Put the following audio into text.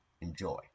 Enjoy